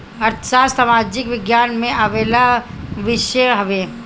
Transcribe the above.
अर्थशास्त्र सामाजिक विज्ञान में आवेवाला विषय हवे